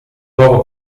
nuovo